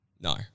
No